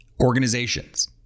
organizations